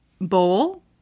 Bowl